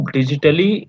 Digitally